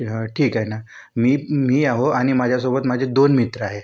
तर ठीक आहे ना मी मी आहे आणि माझ्यासोबत माझे दोन मित्र आहे